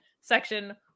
section